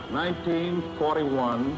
1941